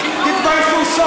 תתביישו.